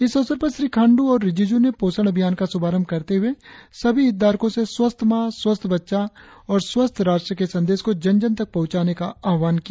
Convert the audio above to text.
इस अवसर पर श्री खांडू और रिजिजू ने पोषण अभियान का शुभारंभ करते हुए सभी हितधारकों से स्वस्थ माँ स्वस्थ बच्चा और स्वस्थ राष्ट्र के संदेश को जन जन तक पहुंचाने का आह्वान किया